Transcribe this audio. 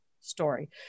story